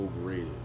overrated